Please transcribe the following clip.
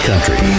Country